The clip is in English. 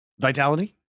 Vitality